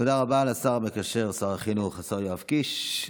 תודה רבה לשר המקשר, שר החינוך השר יואב קיש.